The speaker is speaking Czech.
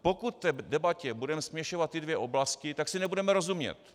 Pokud v debatě budeme směšovat tyto dvě oblasti, tak si nebudeme rozumět.